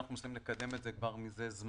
ולכן אנחנו רוצים לקדם את זה מזה זמן.